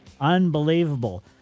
Unbelievable